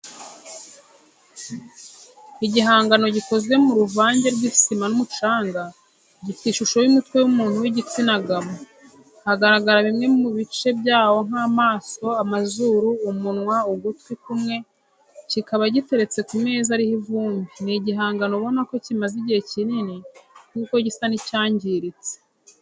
Igihangano gikoze mu ruvange rw'isima n'umucanga gifite ishusho y'umutwe w'umuntu w'igitsina gabo hagaragara bimwe mu bice byawo nk'amaso amazuru, umunwa ugutwi kumwe kikaba giteretse ku meza ariho ivumbi ni igihangano ubona ko kimaze igihe kinini kuko gisa n'icyangiritse.